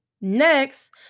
next